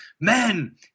men